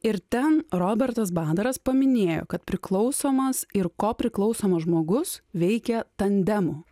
ir ten robertas badaras paminėjo kad priklausomas ir kopriklausomas žmogus veikia tandemu